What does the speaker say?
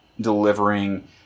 delivering